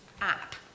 app